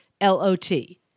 L-O-T